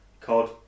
COD